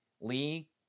Lee